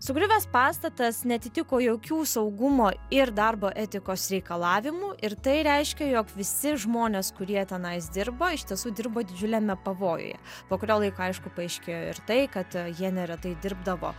sugriuvęs pastatas neatitiko jokių saugumo ir darbo etikos reikalavimų ir tai reiškia jog visi žmonės kurie tenai dirbo iš tiesų dirbo didžiuliame pavojuje po kurio laiko aišku paaiškėjo ir tai kad jie neretai dirbdavo